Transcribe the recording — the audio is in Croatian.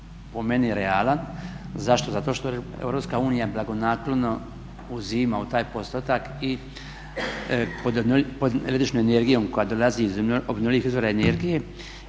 po meni realan. Zašto? Zato što EU blagonaklono uzima u taj postotak i …/Govornik se ne razumije./… električnom energijom koja dolazi iz obnovljivih izvora energije